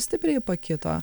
stipriai pakito